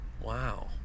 Wow